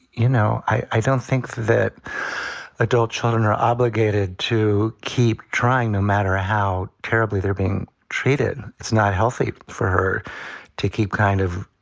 you know, i don't think that adult children are obligated to keep trying, no matter how terribly they're being treated. it's not healthy for her to keep kind of,